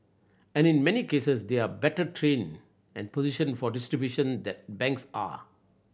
and in many cases they are better positioned for distribution than banks are